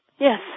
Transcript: Yes